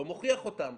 לא מוכיח אותן,